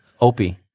Opie